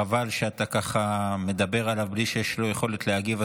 חבל שאתה ככה מדבר עליו בלי שיש לו יכולת להגיב,